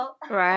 Right